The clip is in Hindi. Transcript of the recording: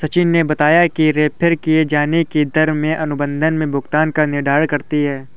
सचिन ने बताया कि रेफेर किये जाने की दर में अनुबंध में भुगतान का निर्धारण करती है